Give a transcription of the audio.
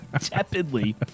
Tepidly